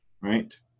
right